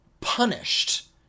punished